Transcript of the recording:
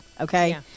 Okay